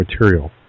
material